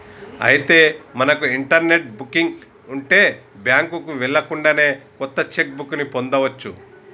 అయితే మనకు internet booking ఉంటే బ్యాంకుకు వెళ్ళకుండానే కొత్త చెక్ బుక్ ని పొందవచ్చు